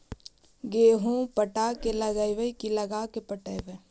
गेहूं पटा के लगइबै की लगा के पटइबै?